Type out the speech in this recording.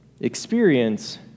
experience